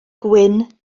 gwyn